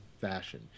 fashion